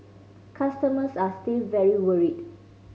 customers are still very worried